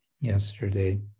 yesterday